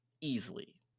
easily